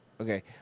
Okay